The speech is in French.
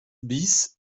bis